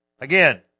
Again